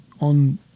on